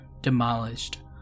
demolished